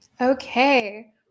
Okay